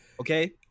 Okay